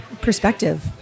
perspective